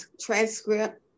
transcript